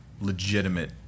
legitimate